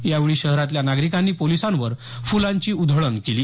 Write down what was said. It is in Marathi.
यावेळी शहरातल्या नागरिकांनी पोलिसांवर फुलांची उधळण केली